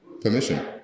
permission